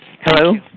Hello